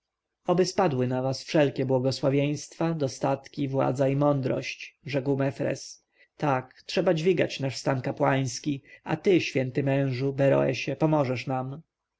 oby spadły na was wszelkie błogosławieństwa dostatki władza i mądrość rzekł mefres tak trzeba podnieść nasz stan kapłański a ty święty mężu beroesie pomożesz nam